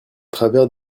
travers